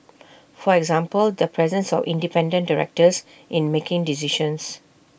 for example the presence of independent directors in making decisions